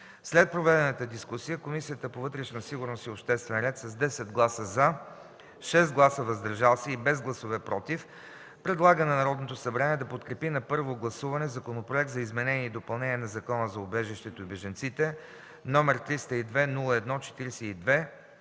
След проведената дискусия Комисията по вътрешна сигурност и обществен ред с 10 гласа „за” , 6 гласа „въздържал се” и без гласове „против” предлага на Народното събрание да подкрепи на първо гласуване Законопроект за изменение и допълнение на Закона за убежището и бежанците, № 302-01-42,